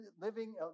living